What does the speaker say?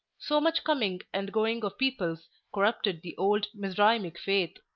so much coming and going of peoples corrupted the old mizraimic faith.